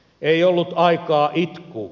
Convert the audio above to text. ei ollut aikaa itkuun